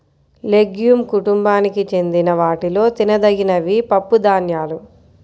legume కుటుంబానికి చెందిన వాటిలో తినదగినవి పప్పుధాన్యాలు